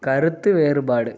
கருத்து வேறுபாடு